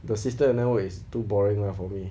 the system and network it's too boring lah for me